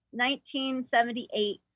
1978